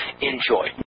Enjoy